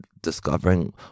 discovering